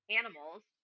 animals